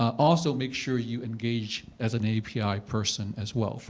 also make sure you engage as an aapi person as well,